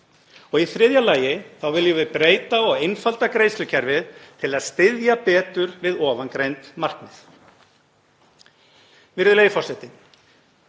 Í þriðja lagi viljum við breyta og einfalda greiðslukerfið til að styðja betur við ofangreind markmið. Virðulegi forseti.